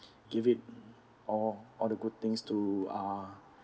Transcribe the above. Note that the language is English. give it all all the good things to uh